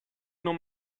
nur